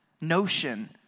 notion